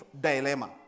dilemma